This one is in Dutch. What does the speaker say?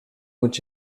moet